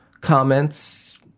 comments